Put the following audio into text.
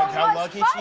how lucky yeah